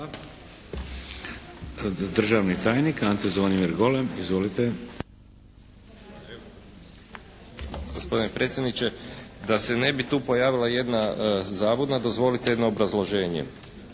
Hvala. Državni tajnik Ante Zvonimir Golem. Izvolite. **Golem, Ante Zvonimir** Gospodine predsjedniče, da se ne bi tu pojavila jedna zabuna dozvolite jedno obrazloženje.